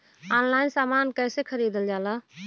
Online समान कैसे खरीदल जाला?